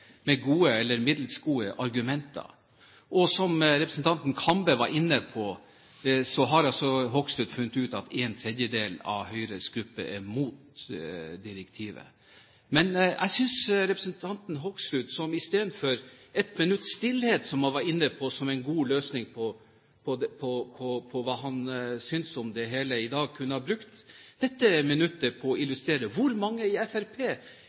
med gode eller middels gode argumenter. Som representanten Kambe var inne på, har altså Hoksrud funnet ut at en tredjedel av Høyres gruppe er mot direktivet. Men jeg synes at representanten Hoksrud istedenfor å snakke om 1 minutts stillhet, som han var inne på som en god løsning og hva han syntes om det hele i dag, kunne ha brukt dette minuttet på å illustrere hvor mange i